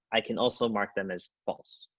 i can also mark them as false.